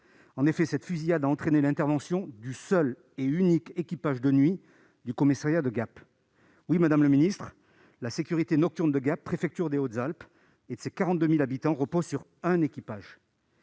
En effet, cette fusillade a entraîné l'intervention du seul et unique équipage de nuit du commissariat de Gap. Oui, madame la ministre, la sécurité nocturne de Gap, préfecture des Hautes-Alpes, et de ses 42 000 habitants, repose sur un équipage.